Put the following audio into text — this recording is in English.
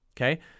Okay